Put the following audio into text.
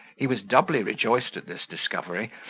he was doubly rejoiced at this discovery,